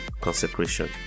Consecration